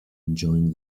enjoying